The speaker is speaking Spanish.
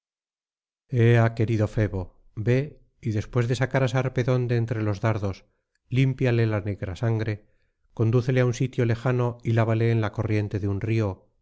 ea querido febo ve y después de sacar á sarpedón de entre los dardos limpíale la negra sangre condúcele á un sitio lejano y lávale en la corriente de un río